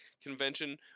convention